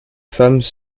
femmes